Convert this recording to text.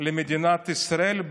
למדינת ישראל,